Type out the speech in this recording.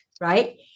right